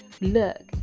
look